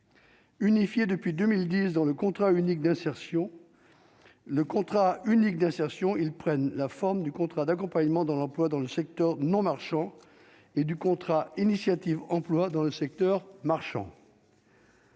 unique d'insertion le contrat unique d'insertion, ils prennent la forme du contrat d'accompagnement dans l'emploi dans le secteur non marchand et du contrat initiative emploi dans le secteur marchand.